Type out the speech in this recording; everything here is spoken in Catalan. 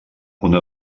una